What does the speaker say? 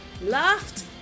laughed